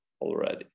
already